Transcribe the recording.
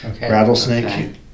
rattlesnake